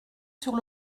sur